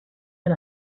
del